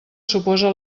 suposa